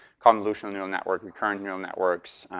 convolutional neural network, recurrent neural networks,